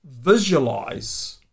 visualize